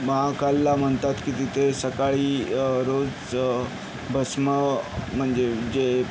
महाकालला म्हणतात की तिथे सकाळी रोज भस्म म्हणजे जे